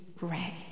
Ray